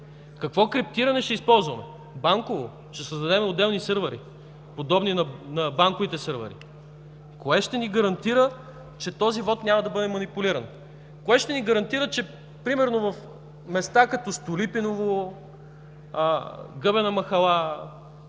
Какво криптиране ще използваме? Банково? Ще създадем отделни сървъри, подобни на банковите сървъри? Кое ще ни гарантира, че този вот няма да бъде манипулиран? Кое ще ни гарантира, че примерно в места като Столипиново, Гъбена махала,